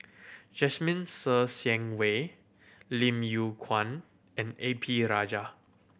Jasmine Ser Xian Wei Lim Yew Kuan and A P Rajah